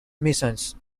missions